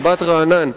מבט רענן.